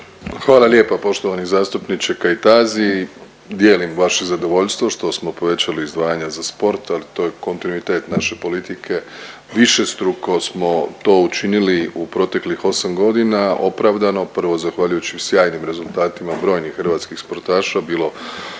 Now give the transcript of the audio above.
Hvala lijepa poštovani zastupniče Kajtazi. Dijelim vaše zadovoljstvo što smo povećali izdvajanja za sport ali to je kontinuitet naše politike. Višestruko smo to učinili u proteklih 8 godina, opravdano. Prvo zahvaljujući sjajnim rezultatima brojnih hrvatskih sportaša, bilo